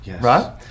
right